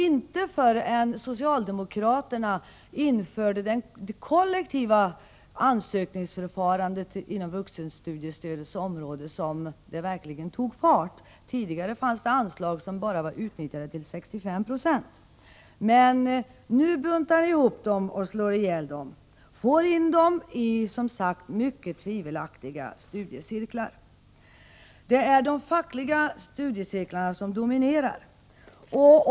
Inte förrän socialdemokraterna införde det kollektiva ansökningsförfarandet på vuxenstudiestödets område tog det hela verkligen fart. Tidigare fanns det anslag som utnyttjades till bara 65 96. Men nu buntar ni ihop dem och slår ihjäl dem! Och det rör sig, som sagt, om mycket tvivelaktiga studiecirklar. De fackliga studiecirklarna dominerar.